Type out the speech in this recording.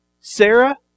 Sarah